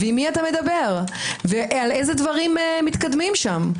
ועם מי אתה מדבר ועל אילו דברים מתקדמים שם?